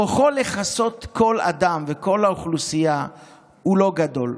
כוחו לכסות כל אדם וכל האוכלוסייה הוא לא גדול.